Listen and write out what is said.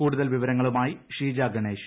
കൂടുതൽവിവരങ്ങളുമായി Sheeja Ganesh